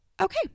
Okay